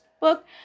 book